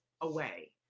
away